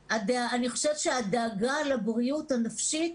הדאגה לבריאות הנפשית